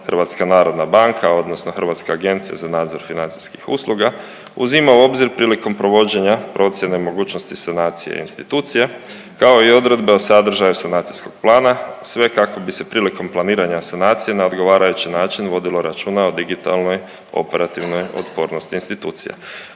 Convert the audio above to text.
Hrvatska narodna banka odnosno Hrvatska agencija za nadzor financijskih usluga, uzima u obzir prilikom provođenje procjene mogućnosti sanacije institucija kao i odredbe o sadržaju sanacijskog plana, sve kako bi se prilikom planiranja sanacije na odgovarajući način vodilo računa o digitalnoj operativnoj otpornosti institucija.